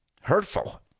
hurtful